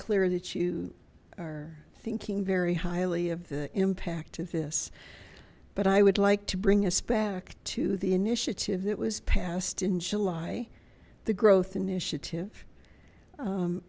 clear that you are thinking very highly of the impact of this but i would like to bring us back to the initiative that was passed in july the growth initiative